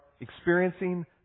experiencing